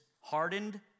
hardened